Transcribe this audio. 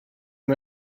and